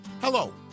Hello